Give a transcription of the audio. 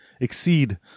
exceed